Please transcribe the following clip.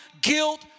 guilt